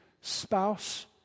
spouse